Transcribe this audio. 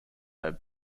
have